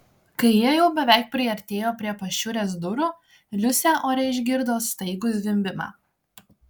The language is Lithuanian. kai jie jau beveik priartėjo prie pašiūrės durų liusė ore išgirdo staigų zvimbimą